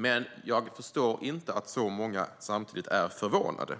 Men jag förstår samtidigt inte att så många är förvånade.